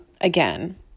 again